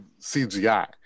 CGI